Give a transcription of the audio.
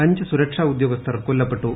അഞ്ച് സുരക്ഷാ ഉദ്യോഗസ്ഥർ ക്ലക്കാല്ലപ്പെട്ടു